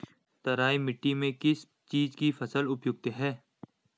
तराई मिट्टी में किस चीज़ की फसल उपयुक्त है?